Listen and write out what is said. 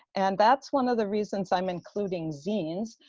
and that's one of the reasons i'm including zines,